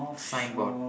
sign board